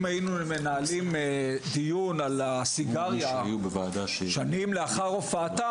אם היינו מנהלים דיון על הסיגריה שנים לאחר הופעתה,